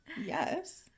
Yes